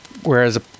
whereas